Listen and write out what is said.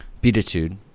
beatitude